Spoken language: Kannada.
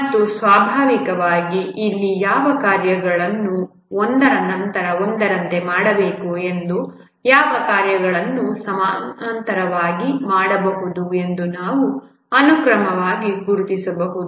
ಮತ್ತು ಸ್ವಾಭಾವಿಕವಾಗಿ ಇಲ್ಲಿ ಯಾವ ಕಾರ್ಯಗಳನ್ನು ಒಂದರ ನಂತರ ಒಂದರಂತೆ ಮಾಡಬೇಕು ಮತ್ತು ಯಾವ ಕಾರ್ಯಗಳನ್ನು ಸಮಾನಾಂತರವಾಗಿ ಮಾಡಬಹುದು ಎಂಬುದನ್ನು ನಾವು ಅನುಕ್ರಮವಾಗಿ ಗುರುತಿಸಬಹುದು